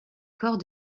corps